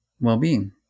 well-being